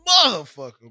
motherfucker